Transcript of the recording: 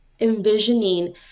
envisioning